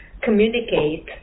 communicate